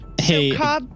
Hey